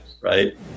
right